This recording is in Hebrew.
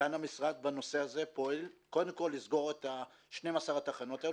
כאן המשרד פועל קודם כל לסגור את 12 התחנות האלה